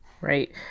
Right